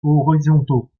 horizontaux